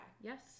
yes